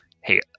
hey